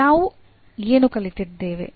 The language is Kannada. ನಾವು ಏನು ಕಲಿತಿದ್ದೇವೆ